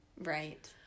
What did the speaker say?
Right